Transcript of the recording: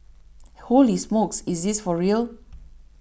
holy smokes is this for real